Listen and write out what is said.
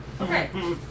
Okay